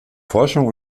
forschung